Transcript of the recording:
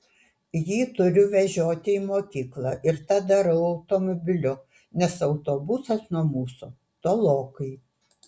jį turiu vežioti į mokyklą ir tą darau automobiliu nes autobusas nuo mūsų tolokai